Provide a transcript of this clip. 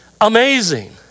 amazing